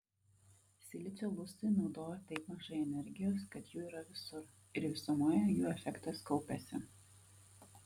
silicio lustai naudoja taip mažai energijos kad jų yra visur ir visumoje jų efektas kaupiasi